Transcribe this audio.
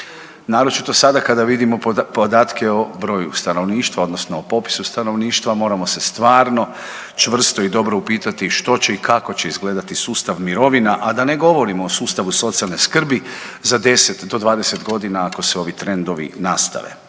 naročito sada kada vidimo podatka o broju stanovništva odnosno o popisu stanovništva. Moramo se stvarno i čvrsto upitati što će i kako će izgledati sustav mirovina, a da ne govorimo o sustavu socijalne skrbi za 10 do 20 godina ako se ovi trendovi nastaje.